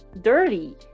dirty